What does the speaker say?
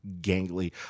gangly